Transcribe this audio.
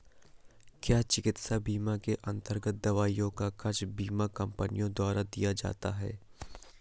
क्या चिकित्सा बीमा के अन्तर्गत दवाइयों का खर्च बीमा कंपनियों द्वारा दिया जाता है?